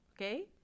okay